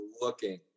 looking